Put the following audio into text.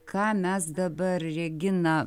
ką mes dabar regina